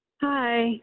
Hi